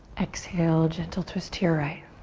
exhale, gentle twist to your right.